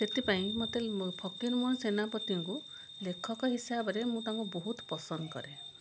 ସେଥିପାଇଁ ମୋତେ ଫକିର ମୋହନ ସେନାପତିଙ୍କୁ ଲେଖକ ହିସାବରେ ମୁଁ ତାଙ୍କୁ ବହୁତ ପସନ୍ଦ କରେ